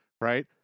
Right